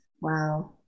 wow